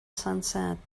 sunset